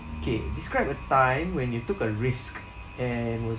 K describe a time when you took a risk and was